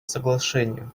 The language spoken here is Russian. соглашения